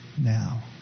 Now